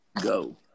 go